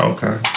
Okay